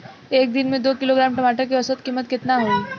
एक दिन में दो किलोग्राम टमाटर के औसत कीमत केतना होइ?